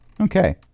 Okay